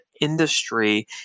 industry